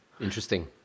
interesting